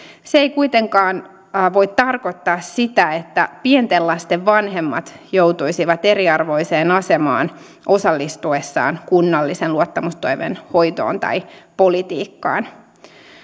se ei kuitenkaan voi tarkoittaa sitä että pienten lasten vanhemmat joutuisivat eriarvoiseen asemaan osallistuessaan kunnallisen luottamustoimen hoitoon tai politiikkaan